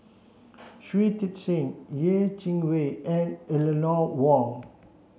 Shui Tit Sing Yeh Chi Wei and Eleanor Wong